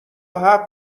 همه